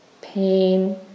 Pain